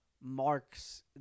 Mark's